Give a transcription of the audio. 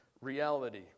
reality